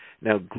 Now